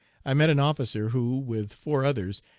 i met an officer, who, with four others,